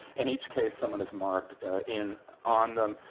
in each case, someone has marked in on them,